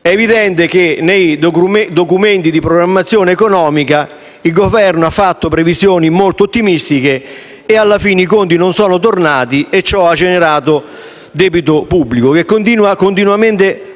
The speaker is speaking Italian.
È evidente che nei documenti di programmazione economica il Governo ha fatto previsioni molto ottimistiche e alla fine i conti non sono tornati e ciò ha generato debito pubblico, che continua